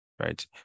right